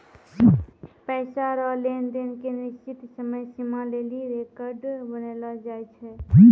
पैसा रो लेन देन के निश्चित समय सीमा लेली रेकर्ड बनैलो जाय छै